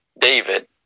David